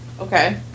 Okay